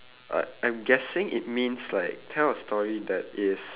uh I'm guessing it means like tell a story that is